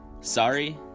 sorry